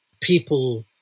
people